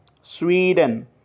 Sweden